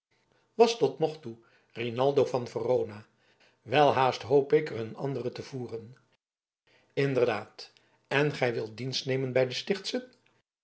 was tot nog toe rinaldo van verona welhaast hoop ik er een anderen te voeren inderdaad en gij wilt dienst nemen bij de stichtschen